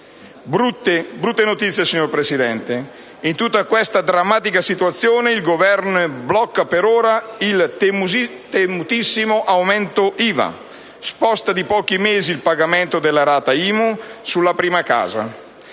Brutte notizie, Presidente! In tutta questa drammatica situazione il Governo blocca per ora il temutissimo aumento dell'IVA e sposta di pochi mesi il pagamento della rata IMU sulla prima casa;